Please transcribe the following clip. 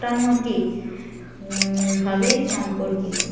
মোটামুটি ভাবেই সম্পর্কিত